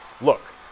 look